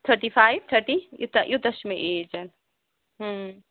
thirty five thirty یوٗتاہ یوٗتاہ چھِ مےٚ ایجن